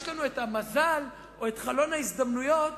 יש לנו מזל או חלון הזדמנויות